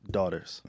Daughters